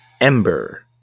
Ember